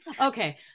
Okay